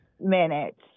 minutes